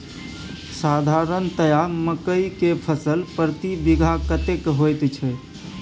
साधारणतया मकई के फसल प्रति बीघा कतेक होयत छै?